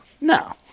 No